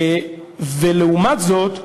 לעומת זאת,